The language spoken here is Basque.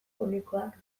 onekoak